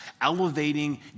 elevating